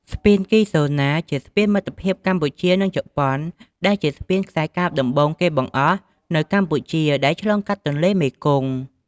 ស្ពានគីហ្សូណា ជាស្ពានមិត្តភាពកម្ពុជានិងជប៉ុន ដែលជាស្ពានខ្សែកាបដំបូងគេបង្អស់នៅកម្ពុជាដែលឆ្លងកាត់ទន្លេមេគង្គ។